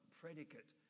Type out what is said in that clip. predicate